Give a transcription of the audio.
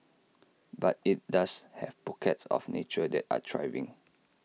but IT does have pockets of nature that are thriving